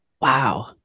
Wow